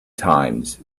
times